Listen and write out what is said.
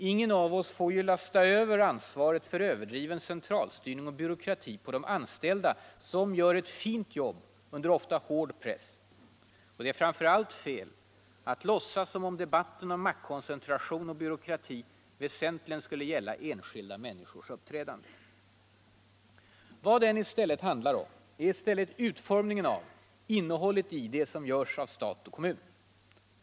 Ingen av oss får ju lasta över ansvaret för överdriven centralstyrning och byråkrati på de anställda, som gör ett fint jobb under ofta hård press. Det är framför allt fel att låtsas som om debatten om maktkoncentration och byråkrati väsentligen skulle gälla enskilda människors uppträdande. Vad den handlar om är ju i stället utformningen av och innehållet i det som görs genom stat och kommun.